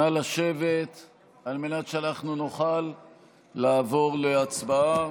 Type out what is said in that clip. נא לשבת על מנת שאנחנו נוכל לעבור להצבעה.